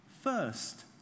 First